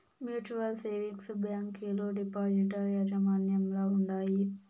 mutual savings బ్యాంకీలు depositor యాజమాన్యంల ఉండాయి